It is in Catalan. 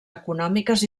econòmiques